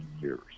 years